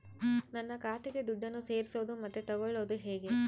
ನನ್ನ ಖಾತೆಗೆ ದುಡ್ಡನ್ನು ಸೇರಿಸೋದು ಮತ್ತೆ ತಗೊಳ್ಳೋದು ಹೇಗೆ?